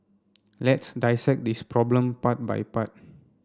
let's dissect this problem part by part